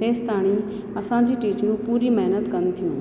तेसिताईं असांजूं टीचरूं पूरी महिनत कनि थियूं